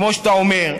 כמו שאתה אומר,